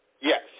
Yes